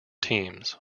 teams